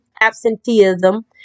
absenteeism